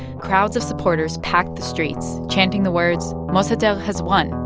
crowds of supporters packed the streets, chanting the words, mossadegh has won,